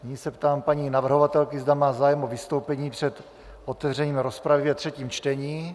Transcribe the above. Nyní se ptám paní navrhovatelky, zda má zájem o vystoupení před otevřením rozpravy ve třetím čtení.